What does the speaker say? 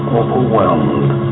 overwhelmed